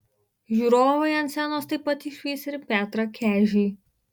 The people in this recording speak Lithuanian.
žiūrovai ant scenos taip pat išvys ir petrą kežį